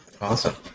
Awesome